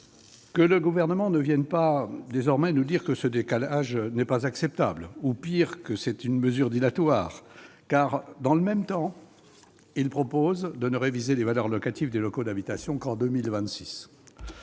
Que le Gouvernement ne vienne pas nous dire que ce décalage n'est pas acceptable ou, pis, que c'est une mesure dilatoire : dans le même temps, il propose de ne réviser les valeurs locatives des locaux d'habitation qu'en 2026